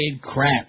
crap